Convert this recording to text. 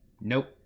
nope